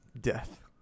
death